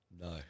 No